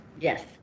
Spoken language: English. Yes